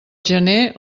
gener